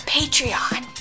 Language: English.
Patreon